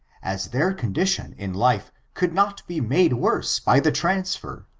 as their condition in life could not be made worse by the transfer,